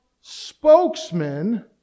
spokesman